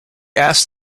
asked